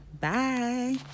bye